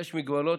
יש מגבלות,